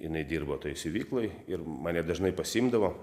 jinai dirbo toj siuvykloj ir mane dažnai pasiimdavo